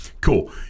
Cool